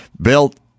built